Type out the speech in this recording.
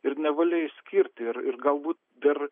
ir nevalia išskirti ir ir galbūt dar